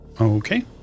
Okay